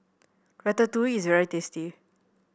ratatouille is very tasty